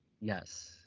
yes